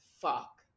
fuck